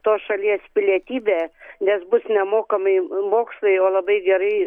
tos šalies pilietybę nes bus nemokamai mokslai va labai gerai